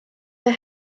mae